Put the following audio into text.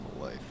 life